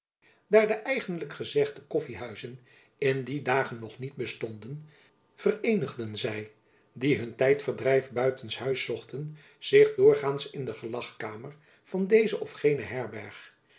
de eigenlijk gezegde koffyhuizen in die dagen nog niet bestonden vereenigden zy die hun tijdverdrijf buiten s huis zochten zich doorgaands in de gelagkamer van deze of gene herberg